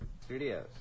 Studios